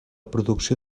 producció